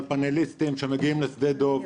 על פאנליסטים שמגיעים לשדה דב,